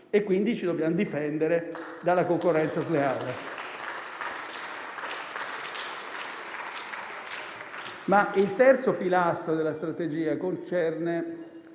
Quindi ci dobbiamo difendere dalla concorrenza sleale. Il terzo pilastro della strategia concerne